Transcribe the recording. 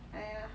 哎